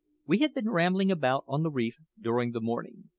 we had been rambling about on the reef during the morning,